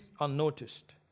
unnoticed